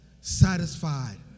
satisfied